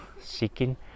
seeking